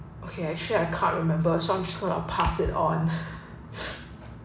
okay actually I can't remember so I'm just going to pass it on